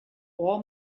all